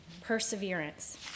perseverance